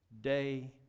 day